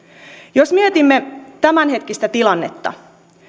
jos mietimme tämänhetkistä tilannetta